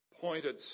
pointed